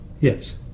Yes